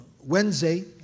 Wednesday